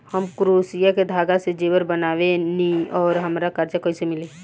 हम क्रोशिया के धागा से जेवर बनावेनी और हमरा कर्जा कइसे मिली?